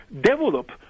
develop